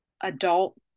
adult